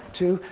two,